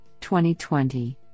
2020